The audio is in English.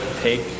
take